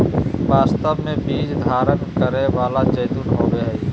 वास्तव में बीज धारण करै वाला जैतून होबो हइ